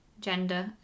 gender